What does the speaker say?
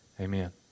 Amen